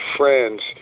friends